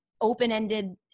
open-ended